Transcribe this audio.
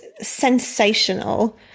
sensational